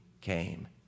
came